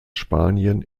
spanien